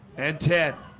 and ten